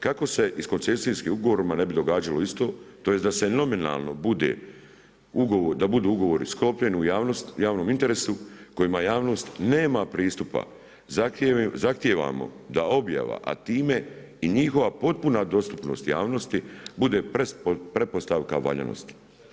Kako se i sa koncesijskim ugovorima ne bi događalo isto, tj. da se nominalno budu ugovori sklopljeni u javnost, javnom interesu, kojima javnost nema pristupa, zahtijevamo da objava a time i njihova postupna dostupnost javnosti bude pretpostavka valjanosti.